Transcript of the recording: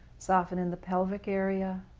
soften in the pelvic area.